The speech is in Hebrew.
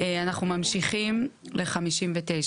אם ועדה מחוזית מקדמת תוכנית והוועדה המקומית